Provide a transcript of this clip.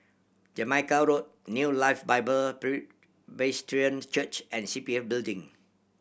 Jamaica Road New Life Bible Presbyterian Church and C P F Building